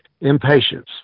Impatience